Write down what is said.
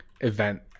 event